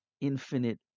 infinite